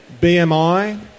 BMI